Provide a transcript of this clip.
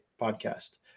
podcast